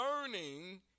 learning